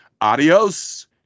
adios